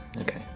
Okay